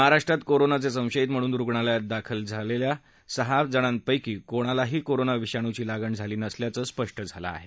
महाराष्ट्रात कोरोनाचे संशयितम्हणून रुणालयात दाखल करण्यात आलेल्या सहा जणांपैकी कुणालाही कोरोना विषाणूचीलागण झाली नसल्याचं स्पष्ट झालं आहे